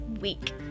week